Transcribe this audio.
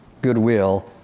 goodwill